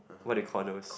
what do you call those